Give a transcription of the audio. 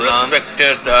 Respected